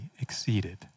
exceeded